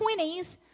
20s